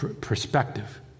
perspective